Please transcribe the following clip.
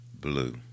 Blue